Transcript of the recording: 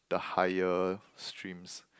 the higher streams